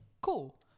cool